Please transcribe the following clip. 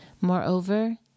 Moreover